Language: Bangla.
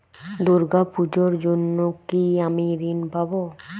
দুর্গা পুজোর জন্য কি আমি ঋণ পাবো?